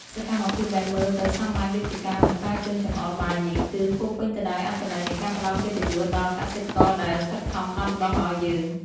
សកម្មភាពដែលមើលទៅសាមញ្ញដូចជាការមិនប្រើជើងចង្អុលបាយនេះ គឺ ពោរពេញទៅដោយអត្ថន័យនៃការផ្តល់កិត្តិយសដល់កសិករដែលខិតខំដាំដុះឱ្យយើង។